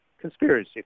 conspiracy